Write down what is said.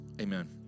Amen